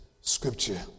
scripture